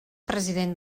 president